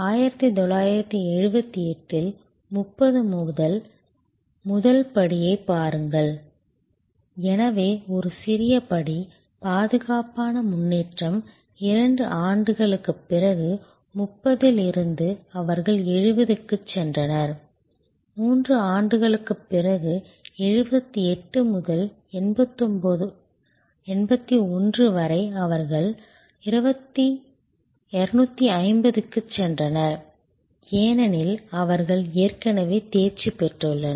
1978 இல் 30 முதல் முதல் படியைப் பாருங்கள் எனவே ஒரு சிறிய படி பாதுகாப்பான முன்னேற்றம் 2 ஆண்டுகளுக்குப் பிறகு 30 இல் இருந்து அவர்கள் 70 க்கு சென்றனர் 3 ஆண்டுகளுக்குப் பிறகு 78 முதல் 81 வரை அவர்கள் 250 க்கு சென்றனர் ஏனெனில் அவர்கள் ஏற்கனவே தேர்ச்சி பெற்றுள்ளனர்